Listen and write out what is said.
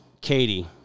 Katie